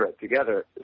together